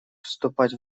вступать